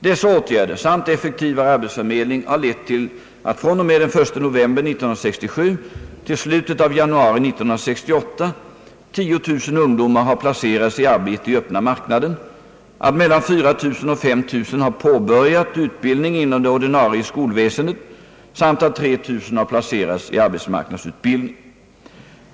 Dessa åtgärder samt effektivare arbetsförmedling har lett till att från och med den 1 november 1967 till slutet av januari 1968 10 000 ungdomar har placerats i arbete i öppna marknaden, att mellan 4 000 och 5 000 har påbörjat utbildning inom det ordinarie skolväsendet samt att 3 000 har placerats i arbetsmarknadsutbildning.